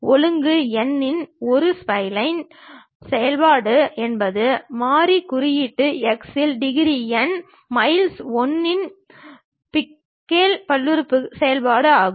ஒழுங்கு n இன் ஒரு ஸ்பைலைன் செயல்பாடு என்பது மாறி குறியீட்டு x இல் டிகிரி n மைனஸ் 1 இன் பிஸ்கேஸ் பல்லுறுப்புறுப்பு செயல்பாடு ஆகும்